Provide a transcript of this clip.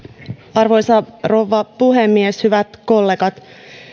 arvoisa rouva puhemies hyvät kollegat